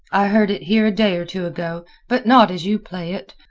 i heard it here a day or two ago, but not as you play it.